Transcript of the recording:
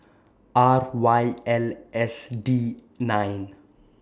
R Y L S D nine